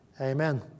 Amen